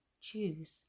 choose